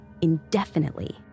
indefinitely